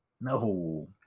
No